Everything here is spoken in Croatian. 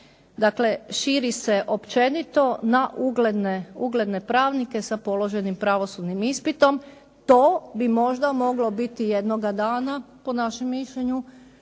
dakle, širi se općenito na ugledne pravnike sa položenim pravosudnim ispitom. To bi možda moglo biti jednoga dana po našem mišljenju